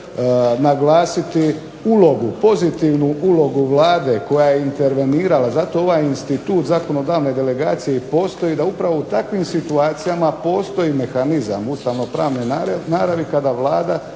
naglasiti ulogu, pozitivnu ulogu Vlade koja je intervenirala. Zato ovaj institut zakonodavne delegacije i postoji da upravo u takvim situacijama postoji mehanizam ustavno pravne naravi kada Vlada